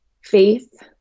faith